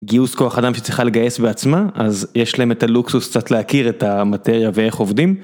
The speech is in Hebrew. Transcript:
גיוס כוח אדם שצריכה לגייס בעצמה אז יש להם את הלוקסוס קצת להכיר את המטריה ואיך עובדים.